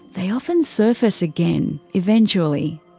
they often surface again, eventually.